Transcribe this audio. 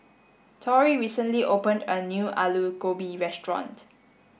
Torrie recently opened a new Alu Gobi restaurant